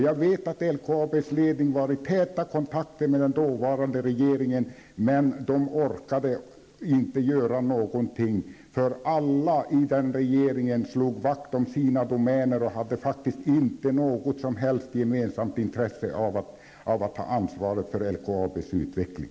Jag vet att LKABs ledning hade täta kontakter med den dåvarande regeringen, men den orkade inte göra någonting, då alla i den regeringen slog vakt om sina domäner och inte hade något som helst gemensamt intresse av att ta ansvaret för LKABs utveckling.